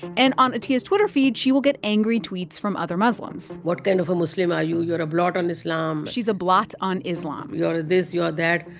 and on atiya's twitter feed, she will get angry tweets from other muslims what kind of a muslim are you? you're a blot on islam she's a blot on islam you are a this. you are that.